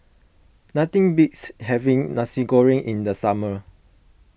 nothing beats having Nasi Goreng in the summer